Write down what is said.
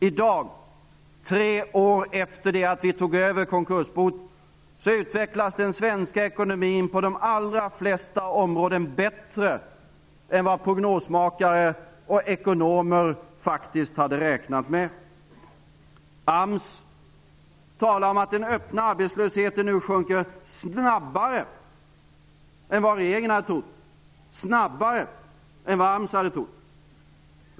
I dag, tre år efter det att vi tog över konkursboet, utvecklas den svenska ekonomin på de allra flesta områden bättre än vad prognosmakare och ekonomer faktiskt hade räknat med. AMS talar om att den öppna arbetslösheten nu sjunker snabbare än vad regeringen hade trott, snabbare än vad AMS hade trott.